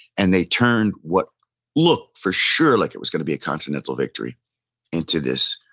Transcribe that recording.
and they turned what looked for sure like it was going to be a continental victory into this